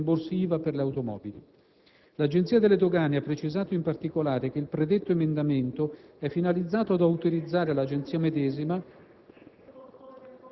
In proposito, l'Agenzia delle dogane ha osservato di aver espresso il proprio parere favorevole in merito all'emendamento 2.0.117,